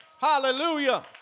Hallelujah